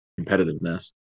competitiveness